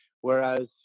whereas